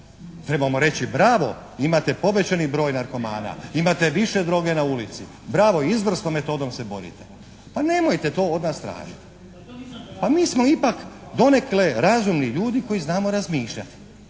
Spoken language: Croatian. Trebamo reći bravo, imate povećani broj narkomana, imate više droge na ulici, bravo, izvrsnom metodom se borite. Pa nemojte to od nas tražiti. Pa nismo ipak donekle razumni ljudi koji znamo razmišljati.